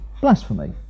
blasphemy